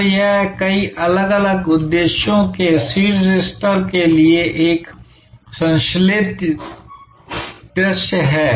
तो यह कई अलग अलग उद्देश्यों के शीर्ष स्तर के लिए एक संश्लेषित दृश्य है